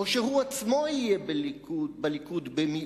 או שהוא עצמו יהיה במיעוט בליכוד,